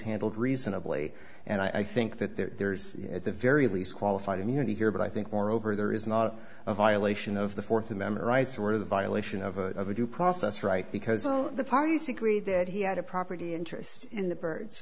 handled reasonably and i think that there's at the very least qualified immunity here but i think moreover there is not a violation of the fourth amendment rights or the violation of a of a due process right because the parties agreed that he had a property interest in the birds